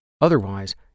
Otherwise